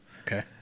Okay